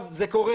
זה קורה.